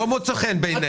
לא מוצא חן בעיניך?